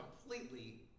completely